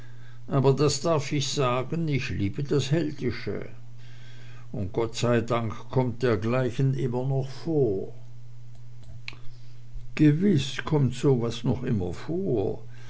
aber das darf ich sagen ich liebe das heldische und gott sei dank kommt dergleichen immer noch vor gewiß kommt so was immer noch vor